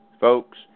Folks